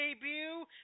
debut